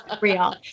real